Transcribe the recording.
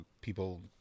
people